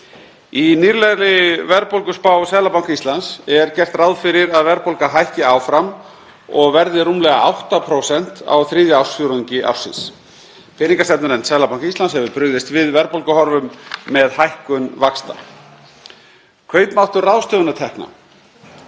Í nýlegri verðbólguspá Seðlabanka Íslands er gert ráð fyrir að verðbólga hækki áfram og verði rúmlega 8% á þriðja ársfjórðungi ársins. Peningastefnunefnd Seðlabanka Íslands hefur brugðist við verðbólguhorfum með hækkun vaxta. Kaupmáttur ráðstöfunartekna